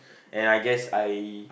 and I guess I